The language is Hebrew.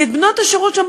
כי את בנות השירות שם,